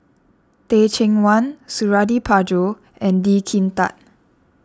Teh Cheang Wan Suradi Parjo and Lee Kin Tat